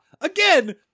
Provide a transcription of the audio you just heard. Again